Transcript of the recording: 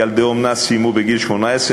ילדי אומנה סיימו בגיל 18,